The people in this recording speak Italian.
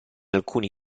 alcuni